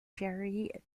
jerry